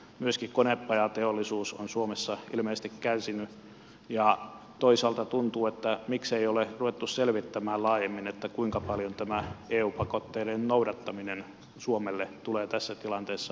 myöskin konepajateollisuus on suomessa ilmeisesti kärsinyt ja toisaalta tuntuu että miksei ole ruvettu selvittämään laajemmin kuinka paljon tämä eu pakotteiden noudattaminen suomelle tulee tässä tilanteessa maksamaan